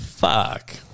Fuck